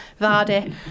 Vardy